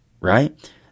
right